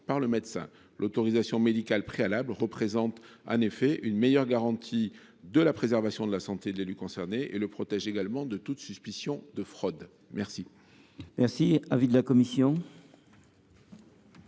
par le médecin. L’autorisation médicale préalable permet en effet de mieux garantir la préservation de la santé de l’élu concerné et le protège également de tout soupçon de fraude. Quel